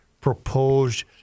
proposed